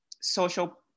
social